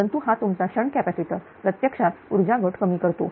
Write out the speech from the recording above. परंतु हा तुमचा शंट कॅपॅसिटर प्रत्यक्षात उर्जा घट कमी करतो